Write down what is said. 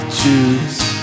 choose